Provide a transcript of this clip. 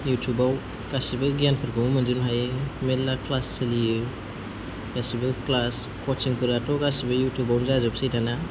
युटुबाव गासिबो गियानफोरखौनो मोनजोबनो हायो मेरला क्लास सोलियो गासिबो क्लास कचिंफोराथ' गासिबो युटुबावनो जाजोबोसै दाना